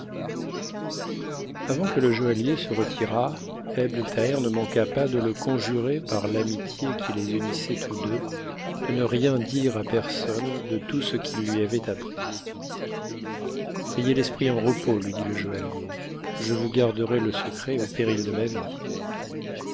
avant que le joaillier se retirât ebn thaher ne manqua pas de le conjurer par l'amitié qui les unissait tous deux de ne rien dire à personne e tout ce qu'il lui avait appris ayez l'esprit en repos lui dit le joaillier je vous garderai le secret au péril de ma vie